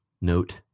Note